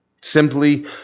Simply